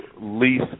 lease